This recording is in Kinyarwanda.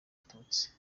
abatutsi